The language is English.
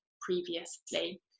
previously